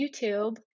YouTube